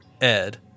Ed